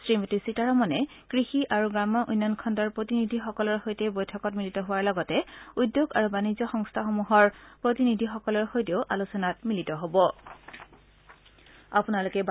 শ্ৰীমতী সীতাৰমনে কৃষি আৰু গ্ৰাম্য উন্নয়ণ খণ্ডৰ প্ৰতিনিধিসকলৰ সৈতে বৈঠকত মিলিত হোৱাৰ লগতে উদ্যোগ আৰু বাণিজ্য সংস্থাসমূহৰ প্ৰতিনিধিসকলৰ সৈতেও আলোচনাত মিলিত হব